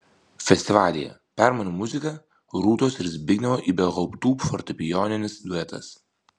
festivalyje permainų muzika rūtos ir zbignevo ibelhauptų fortepijoninis duetas